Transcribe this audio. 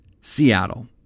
Seattle